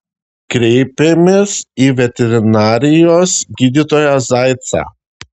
kreipėmės į veterinarijos gydytoją zaicą